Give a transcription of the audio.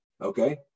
Okay